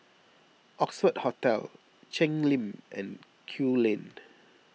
Oxford Hotel Cheng Lim and Kew Lane